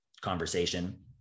conversation